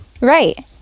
Right